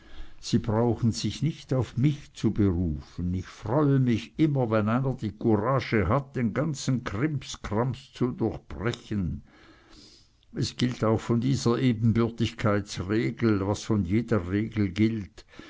sie brauchen sich nicht auf mich zu berufen ich freue mich immer wenn einer die courage hat den ganzen krimskrams zu durchbrechen es gilt auch von dieser ebenbürtigkeitsregel was von jeder regel gilt